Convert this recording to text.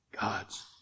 God's